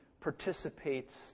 participates